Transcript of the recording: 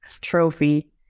trophy